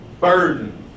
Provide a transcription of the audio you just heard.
burden